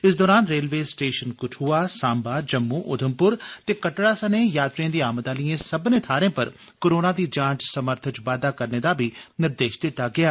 इस दौरान railway station Kathua Samba Jammu Udhampur ते कटड़ा सनें यात्रिएं दी आमद आलिएं सब्बनें थाहरें पर कोरोना दी जांच समर्थ च बाद्दा करने दा बी निर्देश दिता गेआ